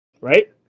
Right